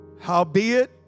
Howbeit